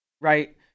right